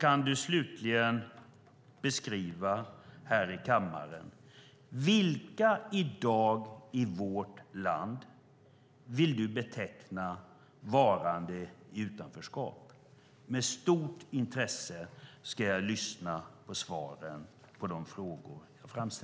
Kan du slutligen här i kammaren beskriva vilka som du i dag vill beteckna som varande i utanförskap i vårt land? Jag ska lyssna på svaren med stort intresse.